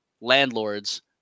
landlords